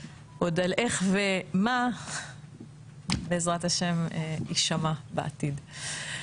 עוד על איך ומה בעזרת ה' יישמע בעתיד.